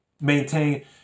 Maintain